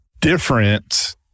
different